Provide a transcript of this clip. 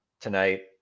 tonight